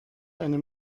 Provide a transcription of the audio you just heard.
eine